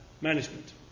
management